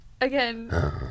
Again